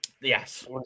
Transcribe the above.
Yes